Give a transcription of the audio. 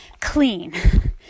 clean